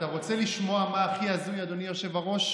אתה רוצה לשמוע מה הכי הזוי, אדוני היושב-ראש?